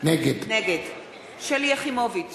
נגד שלי יחימוביץ,